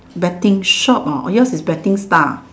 betting shop oh yours is betting style